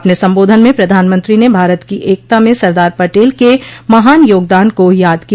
अपने संबोधन में प्रधानमंत्री ने भारत की एकता में सरदार पटेल के महान योगदान को याद किया